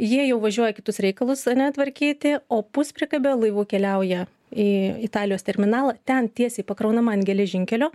jie jau važiuoja kitus reikalus ane tvarkyti o puspriekabė laivų keliauja į italijos terminalą ten tiesiai pakraunama ant geležinkelio